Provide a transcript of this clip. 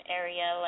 area